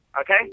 okay